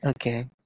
Okay